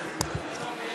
לא נתקבלה.